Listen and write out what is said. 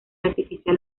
artificial